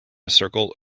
circle